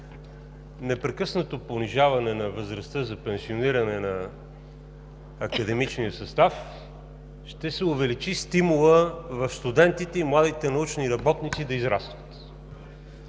непрекъснато понижаване на възрастта за пенсиониране на академичния състав ще се увеличи стимулът на студентите и младите научни работници да израстват?